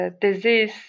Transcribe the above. disease